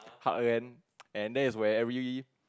heartland and that's where every